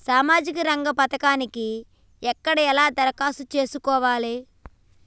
సామాజిక రంగం పథకానికి ఎక్కడ ఎలా దరఖాస్తు చేసుకోవాలి?